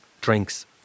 drinks